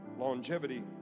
Longevity